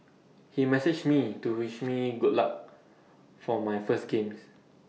he messaged me to wish me good luck for my first games